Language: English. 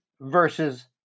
versus